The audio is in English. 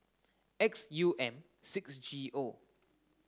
X U M six G O